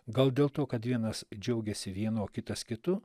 gal dėl to kad vienas džiaugiasi vienu o kitas kitu